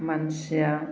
मानसिया